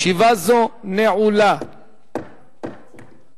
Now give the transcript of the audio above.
הישיבה הבאה תתקיים ביום